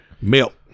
milk